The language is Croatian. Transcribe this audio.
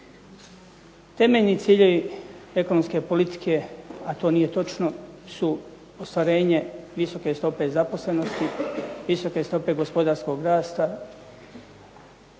Temeljni ciljevi ekonomske politike, a to nije točno, su ostvarenje visoke stope zaposlenosti, visoke stope gospodarskog rasta,